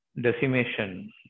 decimation